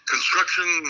Construction